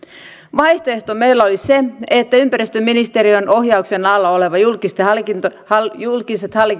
vaihtoehto meillä oli se että ympäristöministeriön ohjauksen alla olevat julkiset